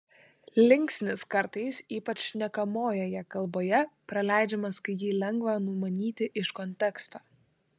linksnis kartais ypač šnekamojoje kalboje praleidžiamas kai jį lengva numanyti iš konteksto